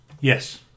yes